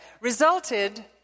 resulted